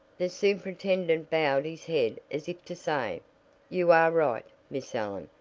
the superintendent bowed his head as if to say you are right, miss allen,